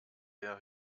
der